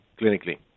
clinically